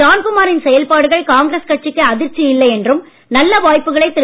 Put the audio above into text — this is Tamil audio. ஜான்குமா ரின் செயல்பாடுகள் காங்கிரஸ் கட்சிக்கு அதிர்ச்சி இல்லை என்றும் நல்ல வாய்ப்புக்களை திரு